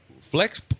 flex